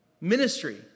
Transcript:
ministry